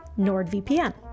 NordVPN